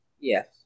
Yes